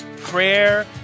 Prayer